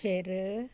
ਫਿਰ